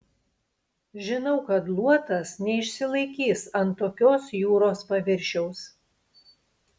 žinau kad luotas neišsilaikys ant tokios jūros paviršiaus